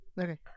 okay